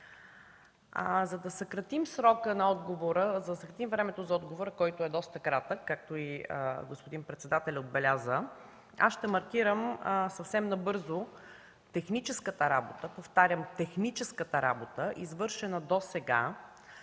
за да съкратим времето за отговора, което е доста кратко, както и господин председателят отбеляза, ще маркирам съвсем набързо техническата работа, повтарям, техническата работа, извършена досега